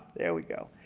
there we go.